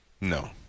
No